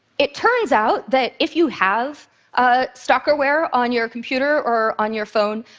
it turns out that if you have ah stalkerware on your computer or on your phone,